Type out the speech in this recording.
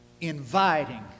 inviting